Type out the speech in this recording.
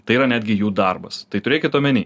tai yra netgi jų darbas tai turėkit omenyj